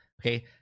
Okay